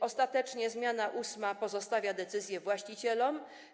Ostatecznie zmiana 8. pozostawia decyzję właścicielom.